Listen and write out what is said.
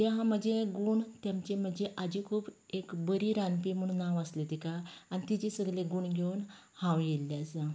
हे हां म्हजे गूण तेमची म्हजी आजी खुब एक बरी रांदपी म्हणून नांव आसले तिका आनी तिचे सगले गूण घेवन हांव येल्लें आसा